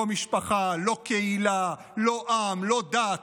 לא משפחה, לא קהילה, לא עם, לא דת,